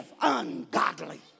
ungodly